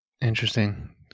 Interesting